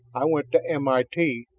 i went to m i t,